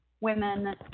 women